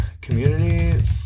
community